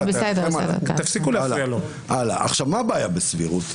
מה הבעיה בסבירות,